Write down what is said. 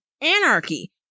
anarchy